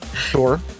sure